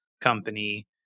company